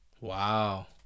Wow